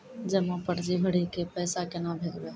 जमा पर्ची भरी के पैसा केना भेजबे?